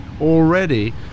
already